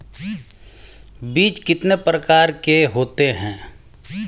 बीज कितने प्रकार के होते हैं?